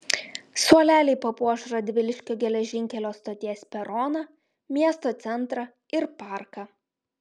suoleliai papuoš radviliškio geležinkelio stoties peroną miesto centrą ir parką